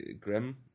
Grim